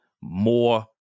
more